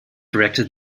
reacted